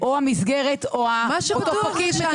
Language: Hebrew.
או המסגרת או אותו פקיד.